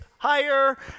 higher